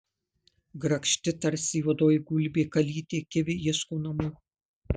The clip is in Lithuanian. grakšti tarsi juodoji gulbė kalytė kivi ieško namų